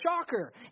shocker